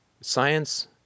science